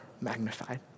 magnified